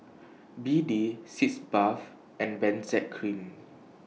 B D Sitz Bath and Benzac Cream